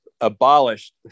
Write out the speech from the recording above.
abolished